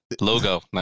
Logo